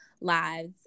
lives